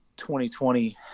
2020